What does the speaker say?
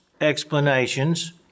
explanations